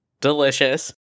Delicious